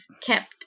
kept